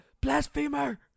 Blasphemer